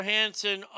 Hansen